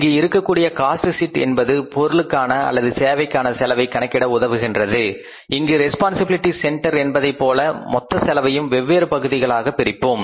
இங்கு இருக்கக்கூடிய cost sheet என்பது பொருளுக்கான அல்லது சேவைக்கான செலவை கணக்கிட உதவுகின்றது இங்கு ரெஸ்பான்சிபிலிட்டி சென்டர் என்பதைப்போல மொத்த செலவையும் வெவ்வேறு பகுதிகளாக பிரிப்போம்